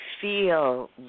feel